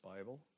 Bible